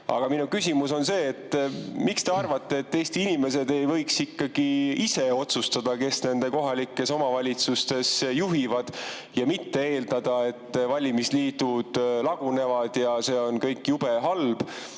Aga minu küsimus on see: miks te arvate, et Eesti inimesed ei võiks ise otsustada, kes nende kohalikku omavalitsust juhivad? Ei pea eeldama, et valimisliidud lagunevad ja see kõik on jube halb.